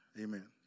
Amen